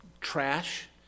trash